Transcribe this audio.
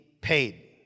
paid